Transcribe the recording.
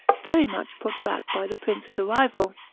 very much put back by the prince's arrival.